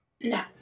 No